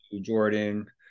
Jordan